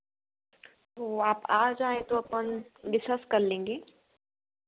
वह आप आ जाएँ तो अपन डिस्कस कर लेंगे